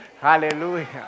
Hallelujah